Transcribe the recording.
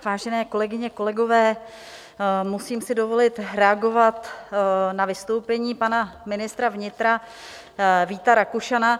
Vážené kolegyně, kolegové, musím si dovolit reagovat na vystoupení pana ministra vnitra Víta Rakušana.